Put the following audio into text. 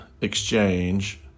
Exchange